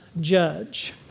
judge